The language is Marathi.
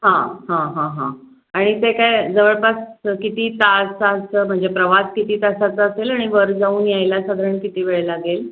हां हां हां हां आणि ते काय जवळपास किती तासाचं म्हणजे प्रवास किती तासाचा असेल आणि वर जाऊन यायला साधारण किती वेळ लागेल